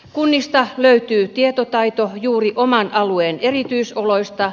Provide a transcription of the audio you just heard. kunnista löytyy tietotaito juuri oman alueen erityisoloista